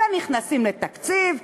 נא לסכם.